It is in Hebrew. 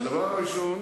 הדבר הראשון